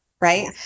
right